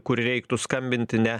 kur reiktų skambinti ne